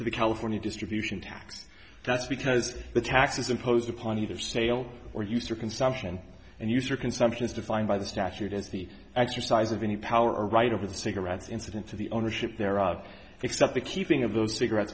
the california distribution tax that's because the taxes imposed upon either sale or used for consumption and use or consumption is defined by the statute as the exercise of any power or right of the cigarettes incident to the ownership thereof except the keeping of those cigarettes